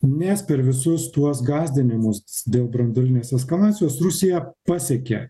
nes per visus tuos gąsdinimus dėl branduolinės eskalacijos rusija pasiekia